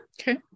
Okay